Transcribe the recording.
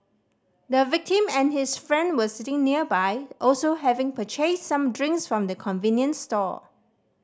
the victim and his friend were sitting nearby also having purchased some drinks from the convenience store